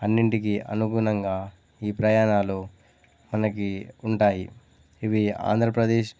అన్నింటికి అనుగుణంగా ఈ ప్రయాణాలు మనకి ఉంటాయి ఇవి ఆంధ్రప్రదేశ్